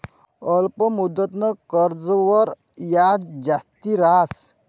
अल्प मुदतनं कर्जवर याज जास्ती रहास